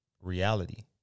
Reality